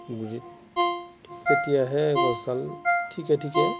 গুড়িত তেতিয়াহে গছডাল ঠিকে ঠিকে